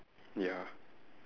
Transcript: ya